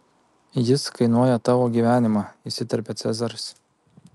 jis kainuoja tavo gyvenimą įsiterpia cezaris